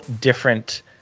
different